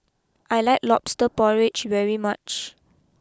I like Lobster Porridge very much